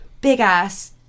big-ass